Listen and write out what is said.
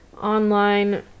online